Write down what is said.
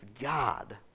God